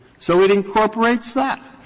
so it incorporates that.